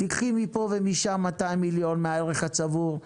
תיקחי מפה ומשם 200 מיליון מהערך הצבור,